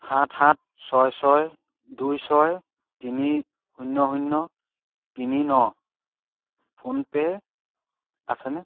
সাত সাত ছয় ছয় দুই ছয় তিনি শূন্য় শূন্য় তিনি ন ফোনপে' আছেনে